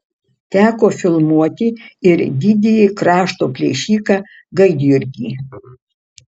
teko filmuoti ir didįjį krašto plėšiką gaidjurgį